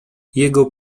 jego